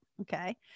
Okay